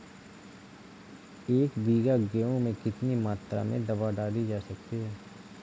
एक बीघा गेहूँ में कितनी मात्रा में दवा डाली जा सकती है?